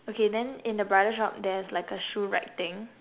okay then in the bridal shop there's like a shoe rack thing